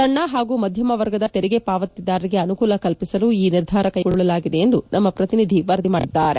ಸಣ್ಣ ಹಾಗೂ ಮಧ್ಯಮ ವರ್ಗದ ತೆರಿಗೆ ಪಾವತಿದಾರರಿಗೆ ಅನುಕೂಲ ಕಲ್ಸಿಸಲು ಈ ನಿರ್ಧಾರವನ್ನು ಕೈಗೊಳ್ಳಲಾಗಿದೆ ಎಂದು ನಮ್ಮ ಪ್ರತಿನಿಧಿ ವರದಿ ಮಾಡಿದ್ದಾರೆ